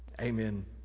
Amen